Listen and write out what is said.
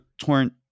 Torrent